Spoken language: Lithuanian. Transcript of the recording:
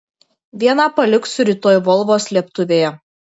vieną paliksiu rytoj volvo slėptuvėje